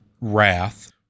Wrath